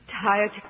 tired